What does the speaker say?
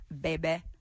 baby